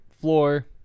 Floor